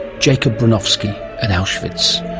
jacob bronowski at auschwitz,